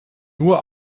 nur